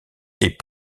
est